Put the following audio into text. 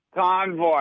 Convoy